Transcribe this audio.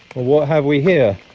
what have we here?